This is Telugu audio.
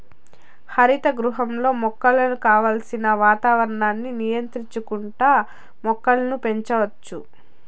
హరిత గృహంలో మొక్కలకు కావలసిన వాతావరణాన్ని నియంత్రించుకుంటా మొక్కలను పెంచచ్చు